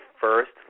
first